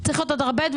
צריכה להיות שקיפות,